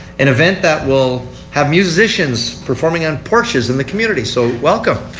an event that will have musicians performing on porches in the community. so welcome.